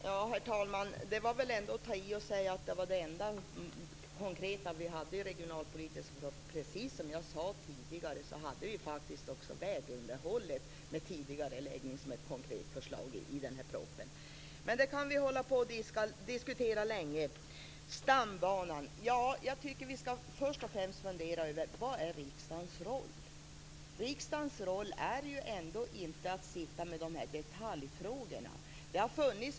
Herr talman! Det var väl ändå att ta i att säga att det var det enda konkreta vi hade i den regionalpolitiska propositionen. Som jag tidigare sade hade vi faktiskt också med en tidigareläggning av vägunderhållet som ett konkret förslag i propositionen. Men detta kan vi hålla på och diskutera länge. Stambanan: Jag tycker att vi först skall diskutera vad som är riksdagens roll. Riksdagens roll är ju ändå inte att arbeta med detaljfrågor.